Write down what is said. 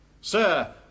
Sir